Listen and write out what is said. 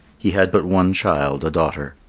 he had but one child, a daughter.